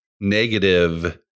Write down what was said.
negative